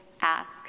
ask